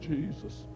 Jesus